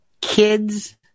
kids